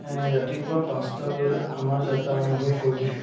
ৰাতিপুৱা পাঁচটা বজাত আমাৰ যাত্ৰা আৰম্ভ কৰি